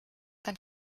dann